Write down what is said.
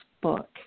book